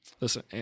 Listen